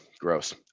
Gross